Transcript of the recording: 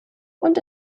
und